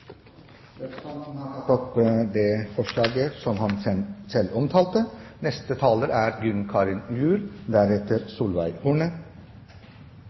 Øyvind Håbrekke har tatt opp det forslaget som han omtalte. Samlivsbrudd er